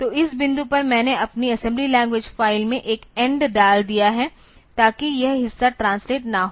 तो इस बिंदु पर मैंने अपनी असेंबली लैंग्वेज फ़ाइल में एक end डाल दिया है ताकि यह हिस्सा ट्रांसलेट न हो